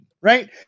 right